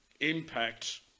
impact